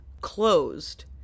closed